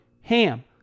HAM